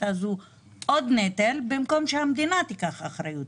הזאת עוד נטל במקום שהמדינה תיקח יותר אחריות.